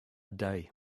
day